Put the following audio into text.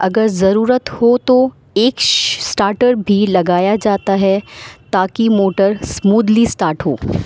اگر ضرورت ہو تو ایک اسٹارٹر بھی لگایا جاتا ہے تاکہ موٹر اسمودلی اسٹارٹ ہو